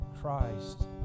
Christ